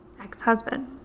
ex-husband